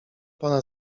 pana